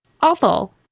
awful